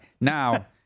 Now